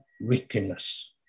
wickedness